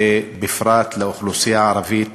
ובפרט לא לאוכלוסייה הערבית